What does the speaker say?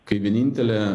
kai vienintelė